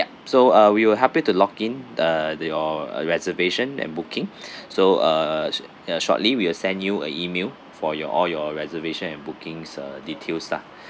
so uh we will help me to log in the the your reservation and booking so uh short~ ya shortly we will send you a email for your all your reservations and bookings uh details lah